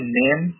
name